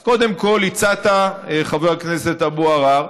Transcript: אז קודם כול הצעת, חבר הכנסת אבו עראר,